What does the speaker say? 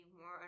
more